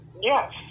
Yes